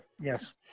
Yes